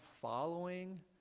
following